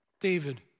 David